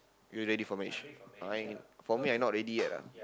you're ready for marriage fine for me I not ready yet lah